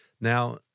Now